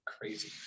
Crazy